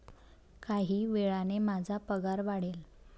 काही वेळाने माझा पगार वाढेल